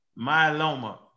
myeloma